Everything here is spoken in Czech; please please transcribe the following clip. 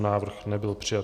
Návrh nebyl přijat.